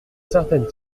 certaines